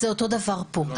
אז זה אותו דבר פה,